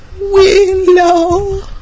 Willow